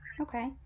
Okay